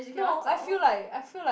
no I feel like I feel like